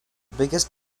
biggest